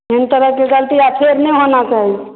एहन तरह के गलती आब फेर नहि होना चाही